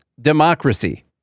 democracy